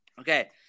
Okay